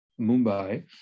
Mumbai